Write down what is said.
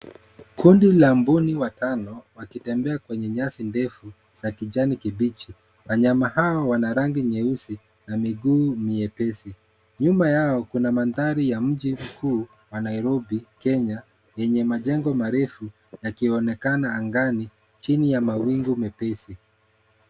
Kundi la mbuni watano wakitembea kwenye nyasi ndefu za kijani kibichi. Wanyama hao wana rangi nyeusi na miguu miepesi. Nyuma yao kuna mandhari ya mji mkuu wa Nairobi Kenya yenye majengo marefu yakionekana angani chini ya mawingu mepesi.